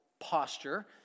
posture